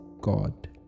God